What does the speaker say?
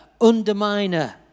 underminer